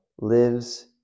lives